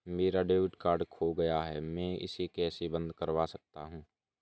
मेरा debit card खो गया है मैं इसे कैसे बंद करवा सकता हूँ?